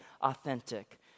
authentic